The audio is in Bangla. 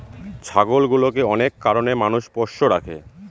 ছাগলগুলোকে অনেক কারনে মানুষ পোষ্য রাখে